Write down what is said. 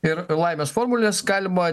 ir laimės formulės galima